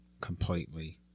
completely